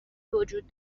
وجود